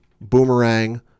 Boomerang